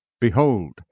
Behold